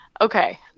Okay